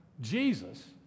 Jesus